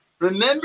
Remember